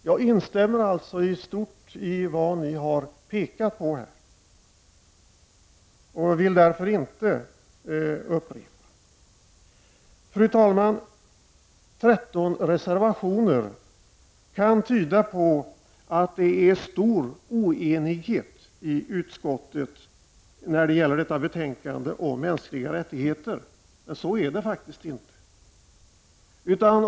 Jag instämmer i stort i vad ni har påpekat här, och jag vill därför inte upprepa detta. 13 reservationer kan tyda på att det är stor oenighet i utskottet när det gäller detta betänkande om mänskliga rättigheter. Så är det faktiskt inte.